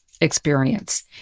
experience